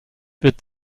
wird